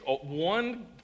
One